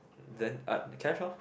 then cash lor